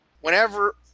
whenever